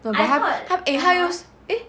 no but 他 use eh